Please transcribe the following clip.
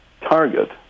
target